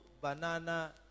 banana